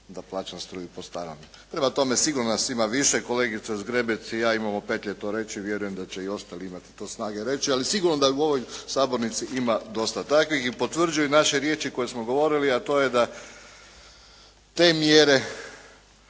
da plaćam struju po starom. Prema tome, sigurno nas ima više, kolegica Zgrebec i ja imamo petlje to reći, vjerujem da će i ostali imati to snage reći, ali sigurno da u ovoj sabornici ima dosta takvih i potvrđuju naše riječi koje smo govorili, a to je da su te mjere